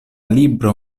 libro